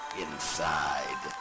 inside